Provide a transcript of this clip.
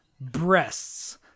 Breasts